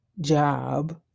job